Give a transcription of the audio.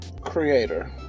Creator